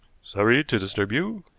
sorry to disturb you,